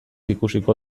ikusiko